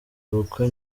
ubukwe